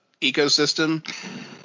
ecosystem